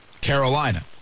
Carolina